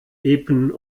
epen